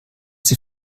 sie